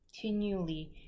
continually